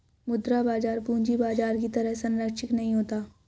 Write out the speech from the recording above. मुद्रा बाजार पूंजी बाजार की तरह सरंचिक नहीं होता